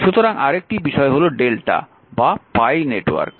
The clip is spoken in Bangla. সুতরাং আরেকটি বিষয় হল Δ বা পাই নেটওয়ার্ক